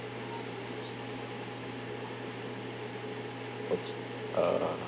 okay uh